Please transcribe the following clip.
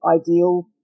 ideal